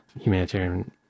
humanitarian